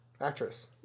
Actress